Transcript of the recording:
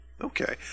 Okay